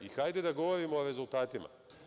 I hajde da govorimo o rezultatima.